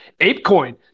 ApeCoin